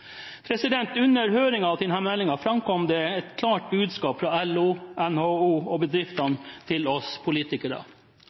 Under høringen til denne meldingen kom det fram et klart budskap fra LO, NHO og bedriftene